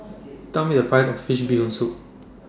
Tell Me The Price of Fish Bee Hoon Soup